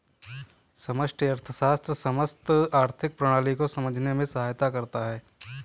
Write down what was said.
समष्टि अर्थशास्त्र समस्त आर्थिक प्रणाली को समझने में सहायता करता है